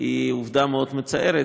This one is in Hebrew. היא עובדה מאוד מצערת,